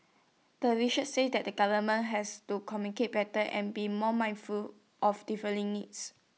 the researchers said that the government has to communicate better and be more mindful of differing needs